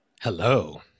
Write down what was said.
Hello